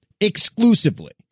Exclusively